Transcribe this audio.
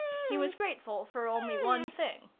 he was grateful for only one thing.